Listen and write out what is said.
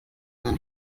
immer